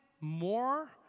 more